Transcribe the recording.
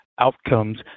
outcomes